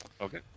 Okay